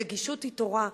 הנגישות היא תורה,